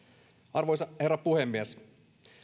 arvoisa herra puhemies